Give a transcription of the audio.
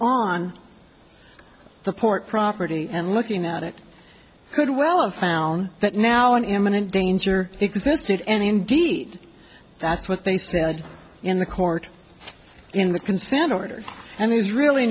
on the port property and looking at it could well have found that now an imminent danger existed and indeed that's what they said in the court in the consent order and there's really